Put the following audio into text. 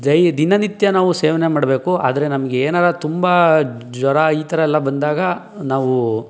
dye ದಿನನಿತ್ಯ ನಾವು ಸೇವನೆ ಮಾಡಬೇಕು ಆದರೆ ನಮ್ಗೆ ಏನಾರು ತುಂಬ ಜ್ವರ ಈ ಥರ ಎಲ್ಲ ಬಂದಾಗ ನಾವು